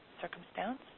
circumstance